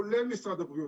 כולל משרד הבריאות,